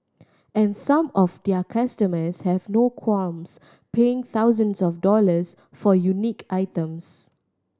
and some of their customers have no qualms paying thousands of dollars for unique items